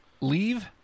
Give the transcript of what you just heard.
Leave